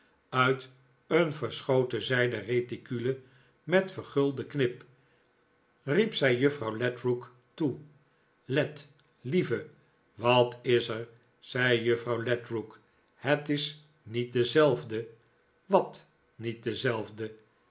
uit een verschoten zijden reticule met vergulden knip riep zij juffrouw ledrook toe led lieve wat is er zei juffrouw ledrook het is niet dezelfde wat niet dezelfde